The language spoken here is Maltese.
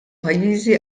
pajjiżi